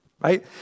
right